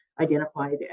identified